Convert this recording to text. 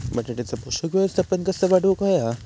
बटाट्याचा पोषक व्यवस्थापन कसा वाढवुक होया?